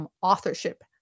authorship